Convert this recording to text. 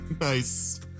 Nice